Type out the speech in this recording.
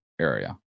area